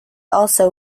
also